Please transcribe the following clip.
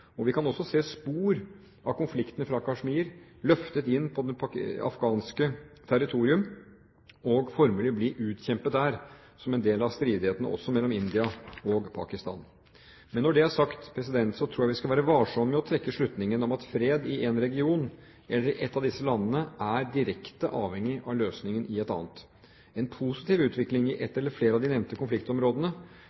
Og vi kan også se spor av konfliktene fra Kashmir løftet inn på det afghanske territorium og formelig bli utkjempet der som en del av stridighetene også mellom India og Pakistan. Men når det er sagt, tror jeg vi skal være varsomme med å trekke den slutning at fred i en region, eller i ett av disse landene, er direkte avhengig av løsningen i et annet. En positiv utvikling i